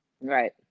right